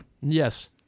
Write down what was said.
Yes